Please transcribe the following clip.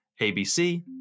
ABC